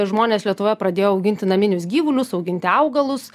žmonės lietuvoje pradėjo auginti naminius gyvulius auginti augalus